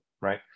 right